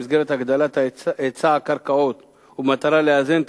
במסגרת הגדלת היצע הקרקעות ובמטרה לאזן את